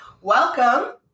Welcome